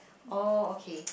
oh okay